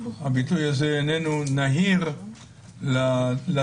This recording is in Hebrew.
הביטוי הזה איננו נהיר לתלמידים.